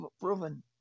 proven